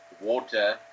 water